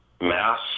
mass